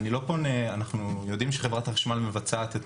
אנחנו יודעים שחברת החשמל מבצעת את